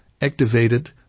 ...activated